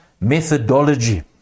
methodology